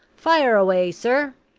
fire away, sir!